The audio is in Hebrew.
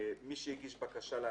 מי שהגיש בקשה להנחה,